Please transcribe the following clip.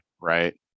right